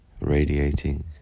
radiating